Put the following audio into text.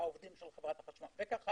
וכך הלאה.